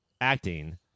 acting